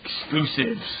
exclusives